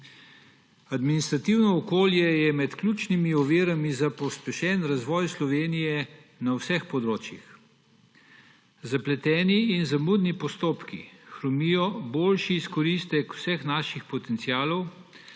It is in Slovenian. Administrativno okolje je med ključnimi ovirami za pospešen razvoj Slovenije na vseh področjih. Zapleteni in zamudni postopki hromijo boljši izkoristek vseh naših potencialov